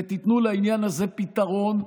ותיתנו לעניין הזה פתרון.